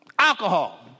Alcohol